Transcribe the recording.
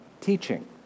teaching